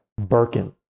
Birkin